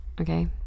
okay